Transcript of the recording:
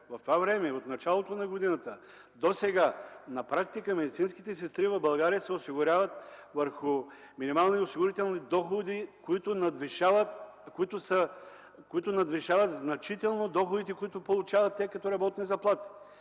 време. От началото на годината досега на практика медицинските сестри в България се осигуряват върху минимални осигурителни доходи, които надвишават значително доходите, които получават те като работни заплати.